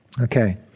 Okay